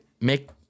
make